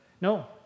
No